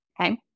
okay